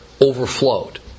overflowed